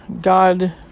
God